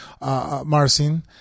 Marcin